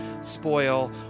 spoil